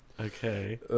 Okay